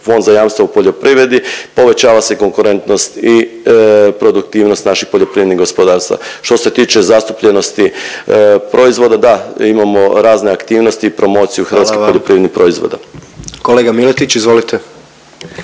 Fond za jamstva u poljoprivredi povećava se konkurentnost i produktivnost naših poljoprivrednih gospodarstava. Što se tiče zastupljenosti proizvoda, da imamo razne aktivnosti i promociju …/Upadica predsjednik: Hvala vam./… hrvatskih